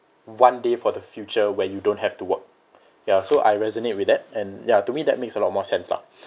one day for the future where you don't have to work ya so I resonate with that and ya to me that makes a lot more sense lah